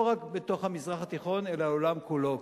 לא רק בתוך המזרח התיכון אלא בעולם כולו.